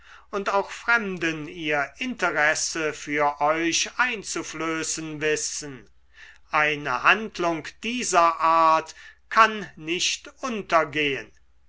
und auch fremden ihr interesse für euch einzuflößen wissen eine handlung dieser art kann nicht untergehen